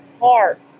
heart